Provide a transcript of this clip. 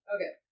Okay